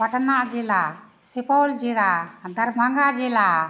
पटना जिला सुपौल जिला दरभङ्गा जिला